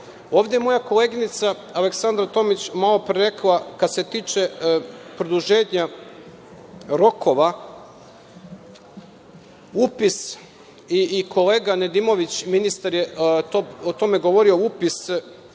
je moja koleginica Aleksandar Tomić, malopre rekla, kad se tiče produženja rokova, upis i kolega Nedimović, ministar, je o tome govorio, upis